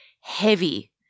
heavy